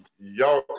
Y'all